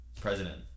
President